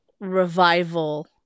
revival